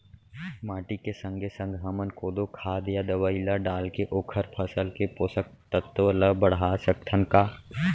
माटी के संगे संग हमन कोनो खाद या दवई ल डालके ओखर फसल के पोषकतत्त्व ल बढ़ा सकथन का?